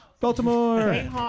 Baltimore